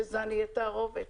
שזן יהיה תערובת,